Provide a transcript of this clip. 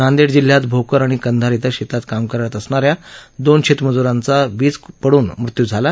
नांदेड जिल्ह्यात भोकर आणि कंधार इथं शेतात काम करत असणाऱ्या दोन शेतमजूरांचा काल वीज पडून मृत्यू झाला